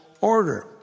order